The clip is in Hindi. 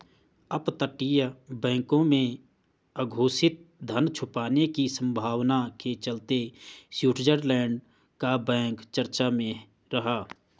अपतटीय बैंकों में अघोषित धन छुपाने की संभावना के चलते स्विट्जरलैंड का बैंक चर्चा में रहा